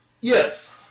Yes